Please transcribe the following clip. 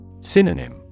Synonym